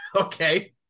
okay